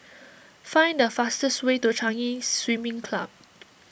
find the fastest way to Chinese Swimming Club